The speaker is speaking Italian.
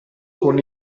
con